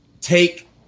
take